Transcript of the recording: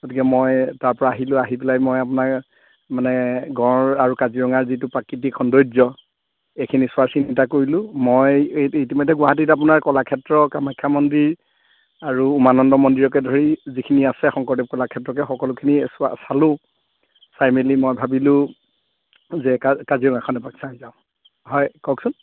গতিকে মই তাৰপৰা আহিলোঁ আহি পেলাই মই আপোনাৰ মানে গঁড় আৰু কাজিৰঙাৰ যিটো প্ৰাকৃতিক সৌন্দৰ্য এইখিনি চোৱাৰ চিন্তা কৰিলোঁ মই ইতিমধ্যে গুৱাহাটীত আপোনাৰ কলাক্ষেত্ৰ কামাখ্যা মন্দিৰ আৰু উমানন্দ মন্দিৰকে ধৰি যিখিনি আছে শংকৰদেৱ কলাক্ষেত্ৰকে সকলোখিনি চালোঁ চাই মেলি মই ভাবিলোঁ যে কা কাজিৰঙাখন এবাৰ চাই যাওঁ হয় কওকচোন